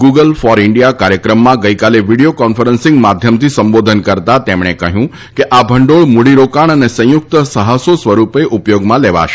Google for India કાર્યક્રમમાં ગઈકાલે video conferencing માધ્યમથી સંબોધન કરતાં તેમણે કહ્યું કે આ ભંડોળ મૂડીરોકાણ અને સંયુક્ત સાહસો સ્વરૂપે ઉપયોગમાં લેવાશે